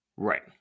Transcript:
Right